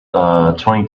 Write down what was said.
twenty